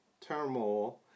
turmoil